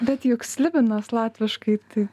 bet juk slibinas latviškai tai